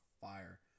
fire